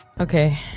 okay